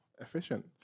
Efficient